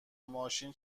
ماشین